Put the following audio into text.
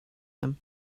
them